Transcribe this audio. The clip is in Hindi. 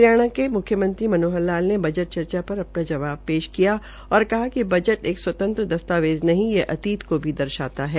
हरियाणा के मुख्यमंत्री श्री मनोहर लाल ने बजट पर अपना जवाब पेश किया और कहा कि बजट एक स्वतंत्र दस्तावेज़ नहीं ये अतीत को भी दर्शाता है